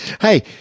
Hey